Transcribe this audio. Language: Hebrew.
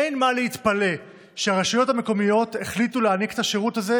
אין מה להתפלא שהרשויות המקומיות החליטו להעניק את השירות הזה,